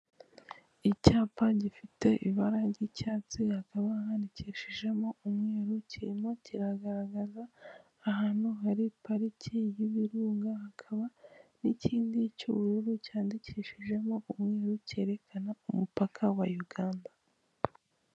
Icyapa gifite ibara ry'icyatsi hakaba handikishijemo umweru kirimo kiragaragaza ahantu hari parike y'ibirunga hakaba n'ikindi cy'ubururu cyandikishijemo umweru kerekana umupaka wa y'Uganda.